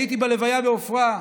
הייתי בהלוויה בעופרה.